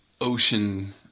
ocean